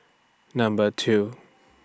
Number two